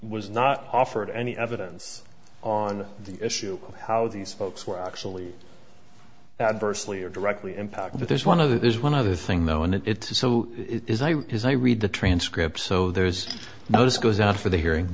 was not offered any evidence on the issue how these folks were actually adversely or directly impacted but there's one of the there's one other thing though and it is so it is i read the transcript so there's those goes out for the hearing